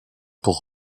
pour